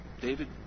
David